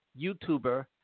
YouTuber